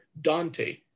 Dante